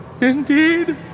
indeed